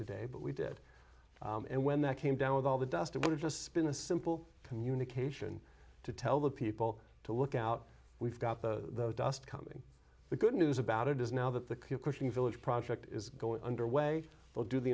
today but we did and when that came down with all the dust it was just spin a simple communication to tell the people to look out we've got the dust coming the good news about it is now that the question village project is going underway will do the